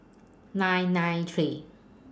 nine nine three